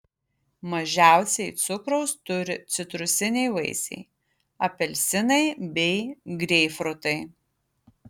mažiausiai cukraus turi citrusiniai vaisiai apelsinai bei greipfrutai